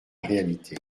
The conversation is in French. réalité